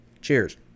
Cheers